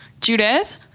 Judith